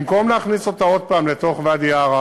במקום להכניס אותה עוד פעם לתוך ואדי-עארה,